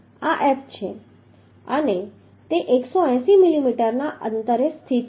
આ F છે અને તે 180 મિલીમીટરના અંતરે સ્થિત છે